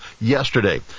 yesterday